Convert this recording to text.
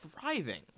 thriving